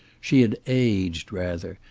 she had aged, rather,